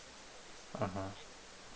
mmhmm